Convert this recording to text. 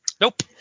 Nope